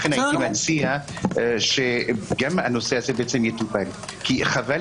לכן הייתי מציע שגם הנושא הזה יטופל כי חבל